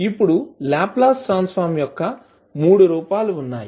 ఇప్పుడు Laplace transform యొక్క మూడు రూపాలు ఉన్నాయి